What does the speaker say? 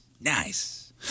Nice